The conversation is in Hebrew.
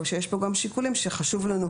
או שיש פה גם שיקולים שחשובים לנו?